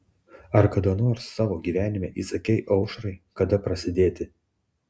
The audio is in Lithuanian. ar kada nors savo gyvenime įsakei aušrai kada prasidėti